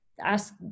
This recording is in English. ask